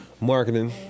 marketing